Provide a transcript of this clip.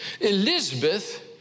Elizabeth